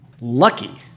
lucky